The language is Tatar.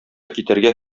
китәргә